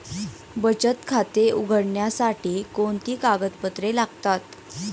बचत खाते उघडण्यासाठी कोणती कागदपत्रे लागतात?